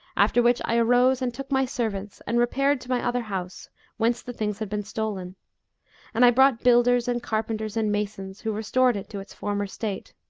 after which i arose and took my servants and repaired to my other house whence the things had been stolen and i brought builders and carpenters and masons who restored it to its former state.